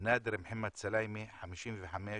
נאדר מוחמד סלאימה, בן 55